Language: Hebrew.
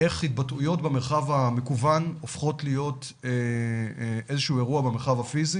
איך התבטאויות במרחב המקוון הופכות להיות איזה שהוא אירוע במרחב הפיזי